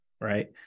Right